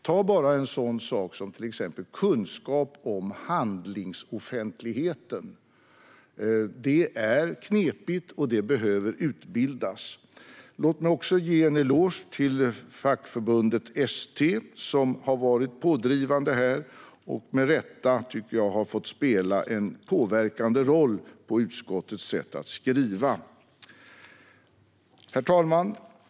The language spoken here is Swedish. Ta bara en sådan sak som kunskap om handlingsoffentligheten! Detta är knepigt, och det behöver utbildas. Låt mig också ge en eloge till fackförbundet ST, som har varit pådrivande här och med rätta har fått spela en påverkande roll på utskottets sätt att skriva. Herr talman!